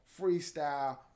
Freestyle